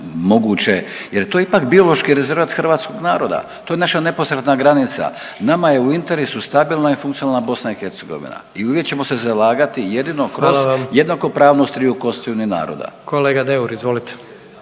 jer to je ipak biološki rezervat hrvatskog naroda, to je naša neposredna granica. Nama je u interesu stabilna i funkcionalna BiH i uvijek ćemo se zalagati jedino kroz …/Upadica: Hvala vam./… jednakopravnost triju konstitutivnih naroda.